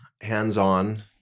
hands-on